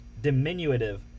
diminutive